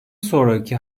sonraki